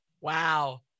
Wow